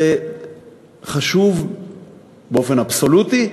זה חשוב באופן אבסולוטי,